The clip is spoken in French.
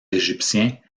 égyptiens